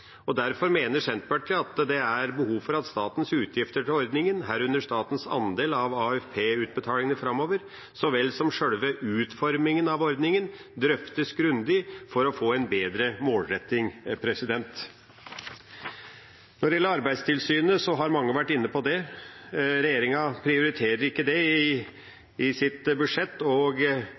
Derfor mener Senterpartiet at det er behov for at statens utgifter til ordningen, herunder statens andel av AFP-utbetalingene framover, så vel som selve utformingen av ordningen, drøftes grundig for å få en bedre målretting. Når det gjelder Arbeidstilsynet, har mange vært inne på det. Regjeringa prioriterer ikke det i sitt budsjett, og